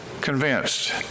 convinced